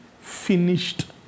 finished